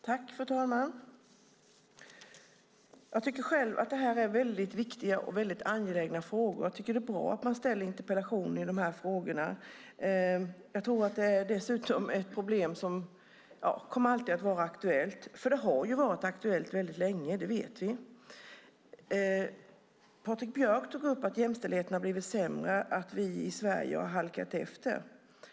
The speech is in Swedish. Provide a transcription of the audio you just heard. Fru talman! Jag tycker själv att detta är väldigt viktiga och angelägna frågor, och jag tycker att det är bra att man ställer interpellationer i dessa frågor. Jag tror att det dessutom är ett problem som alltid kommer att vara aktuellt, för det har ju varit aktuellt väldigt länge. Det vet vi. Patrik Björck tog upp att jämställdheten har blivit sämre och att vi i Sverige har halkat efter.